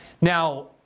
Now